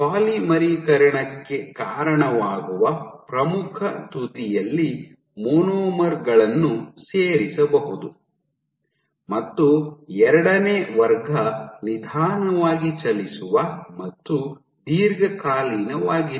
ಪಾಲಿಮರೀಕರಣಕ್ಕೆ ಕಾರಣವಾಗುವ ಪ್ರಮುಖ ತುದಿಯಲ್ಲಿ ಮೊನೊಮರ್ ಗಳನ್ನು ಸೇರಿಸಬಹುದು ಮತ್ತು ಎರಡನೇ ವರ್ಗ ನಿಧಾನವಾಗಿ ಚಲಿಸುವ ಮತ್ತು ದೀರ್ಘಕಾಲೀನವಾಗಿತ್ತು